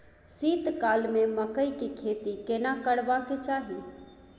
शीत काल में मकई के खेती केना करबा के चाही?